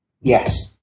Yes